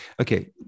okay